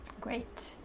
great